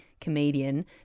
comedian